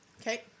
Okay